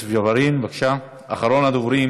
חבר הכנסת יוסף ג'בארין, בבקשה, אחרון הדוברים.